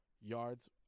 yards